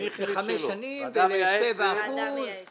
חמש שנים, 7%. אז מי החליט שלא?